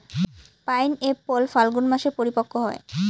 pineapple ফাল্গুন মাসে পরিপক্ব হয়